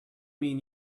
mean